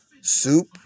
soup